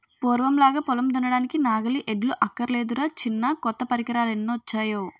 పూర్వంలాగా పొలం దున్నడానికి నాగలి, ఎడ్లు అక్కర్లేదురా చిన్నా కొత్త పరికరాలెన్నొచ్చేయో